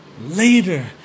later